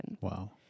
Wow